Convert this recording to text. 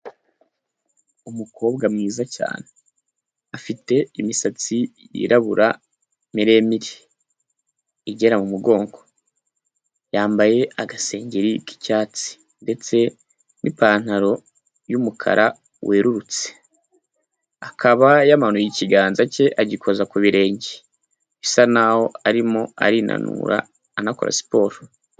Umukobwa mwiza cyane, afite imisatsi yirabura miremire igera mu mugongo yambaye agasengeri k'icyatsi ndetse n'ipantaro yumukara werurutse, akaba yamanuye ikiganza cye agikoza ku birenge bisa naho arimo arinanura anakora siporo.